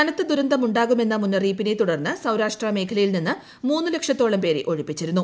കനത്ത ദുരന്തം ഉണ്ടാകുമെന്ന മുന്നറിയിപ്പിനെ തുടർന്ന് സൌരാഷ്ട്ര മേഖലയിൽ നിന്ന് മൂന്നു ലക്ഷത്തോളം പേരെ ഒഴിപ്പിച്ചിരുന്നു